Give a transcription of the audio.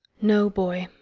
no, boy.